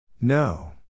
No